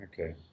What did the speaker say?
Okay